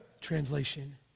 translation